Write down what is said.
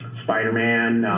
spiderman,